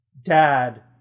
Dad